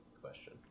question